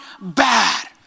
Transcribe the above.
bad